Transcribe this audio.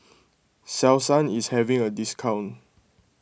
Selsun is having a discount